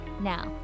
Now